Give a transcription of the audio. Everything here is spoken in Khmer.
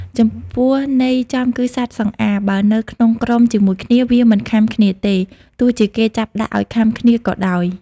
ចំពោះ ន័យចំគឺសត្វសង្អារ បើនៅក្នុងក្រុមជាមួយគ្នា វាមិនខាំគ្នាទេ ទោះជាគេចាប់ដាក់ឲ្យខាំគ្នាក៏ដោយ ។